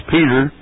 Peter